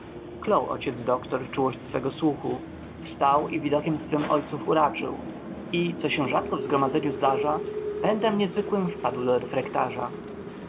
ojciec doktor czułość swego słuchu wstał i widokiem swym ojców uraczył i co się rzadko w zgromadzeniu zdarza pędem niezwykłym wpadł do